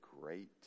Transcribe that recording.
great